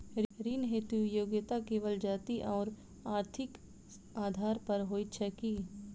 ऋण हेतु योग्यता केवल जाति आओर आर्थिक आधार पर होइत छैक की?